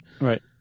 Right